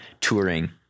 touring